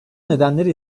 nedenleri